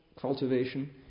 cultivation